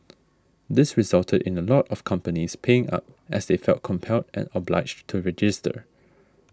this resulted in a lot of companies paying up as they felt compelled and obliged to register